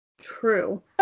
True